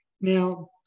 Now